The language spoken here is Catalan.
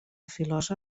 filosa